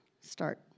start